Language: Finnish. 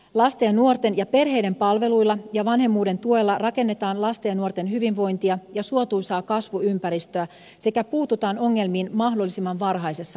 lasten ja nuorten ja perheiden palveluilla ja vanhemmuuden tuella rakennetaan lasten ja nuorten hyvinvointia ja suotuisaa kasvuympäristöä sekä puututaan ongelmiin mahdollisimman varhaisessa vaiheessa